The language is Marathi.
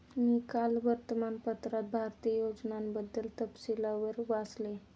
मी काल वर्तमानपत्रात भारतीय योजनांबद्दल तपशीलवार वाचले